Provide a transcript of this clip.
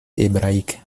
hébraïque